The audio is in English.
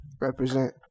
Represent